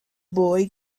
boy